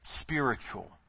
spiritual